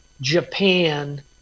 Japan